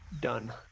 done